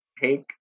take